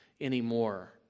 anymore